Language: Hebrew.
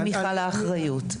על האחריות.